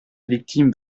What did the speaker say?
victime